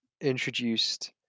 introduced